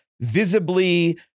visibly